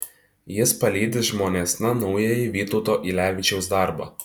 jis palydi žmonėsna naująjį vytauto ylevičiaus darbą